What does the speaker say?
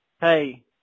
Hey